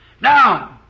Now